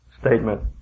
statement